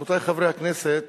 רבותי חברי הכנסת,